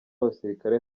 abasirikare